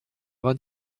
vingt